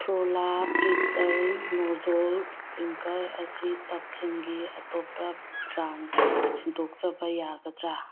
ꯄ꯭ꯂꯣꯔꯥ ꯄ꯭ꯔꯤꯇꯜ ꯅꯣꯖꯣꯜ ꯏꯁꯄ꯭ꯔꯤꯡꯀꯜ ꯑꯁꯤ ꯇꯞꯁꯤꯡꯒꯤ ꯑꯇꯣꯞꯄ ꯕ꯭ꯔꯥꯟ ꯁꯤꯟꯗꯣꯛꯆꯕ ꯌꯥꯒꯗ꯭ꯔꯥ